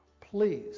Please